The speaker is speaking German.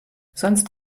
sonst